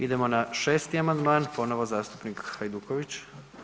Idemo na 6. amandman, ponovno zastupnik Hajduković.